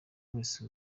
wese